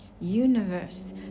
universe